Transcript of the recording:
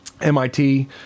MIT